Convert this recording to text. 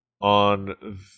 on